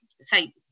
say